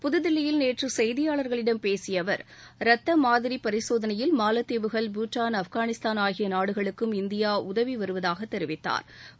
புதுதில்லியில் நேற்று கெய்தியாளர்களிடம் பேசிய அவர் ரத்த மாதிரி பரிசோதனையில் மாலத்தீவுகள் பூடான் ஆப்கானிஸ்தான் ஆகிய நாடுகளுக்கும் இந்தியா உதவி வருவதாக தெரிவித்தாா்